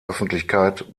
öffentlichkeit